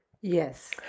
Yes